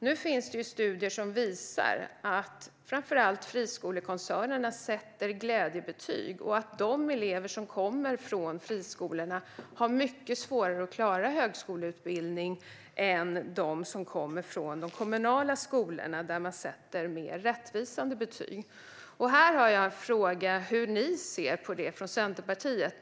Nu finns det studier som visar att framför allt friskolekoncernerna sätter glädjebetyg. De elever som kommer från friskolorna har mycket svårare att klara högskoleutbildning än de som kommer från de kommunala skolorna där man sätter mer rättvisande betyg. Här har jag en fråga om hur ni ser på det från Centerpartiet.